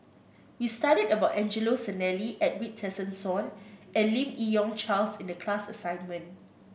we studied about Angelo Sanelli Edwin Tessensohn and Lim Yi Yong Charles in the class assignment